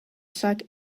suck